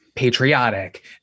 patriotic